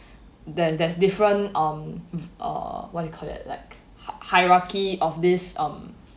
there's there's different um err what you call that like hie~ hierarchy of this um